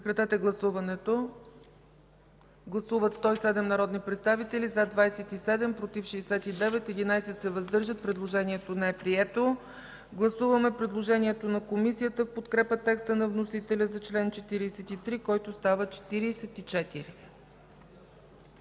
от Комисията. Гласували 107 народни представители: за 27, против 69, въздържали се 11. Предложението не е прието. Гласуваме предложението на Комисията в подкрепа на текста на вносителя за чл. 43, който става 44.